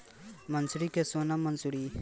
मंसूरी और सोनम मंसूरी कैसन प्रकार होखे ला?